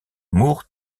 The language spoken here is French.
moore